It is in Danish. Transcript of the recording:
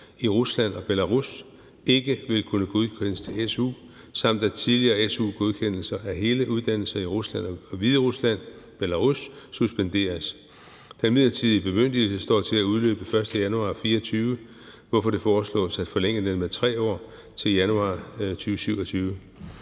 i Rusland og Belarus ikke vil kunne godkendes til su, samt at tidligere su-godkendelser af hele uddannelser i Rusland og i Belarus suspenderes. Den midlertidige bemyndigelse står til at udløbe den 1. januar 2024, hvorfor det foreslås at forlænge den med 3 år til januar 2027.